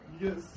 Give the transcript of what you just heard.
Yes